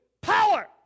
power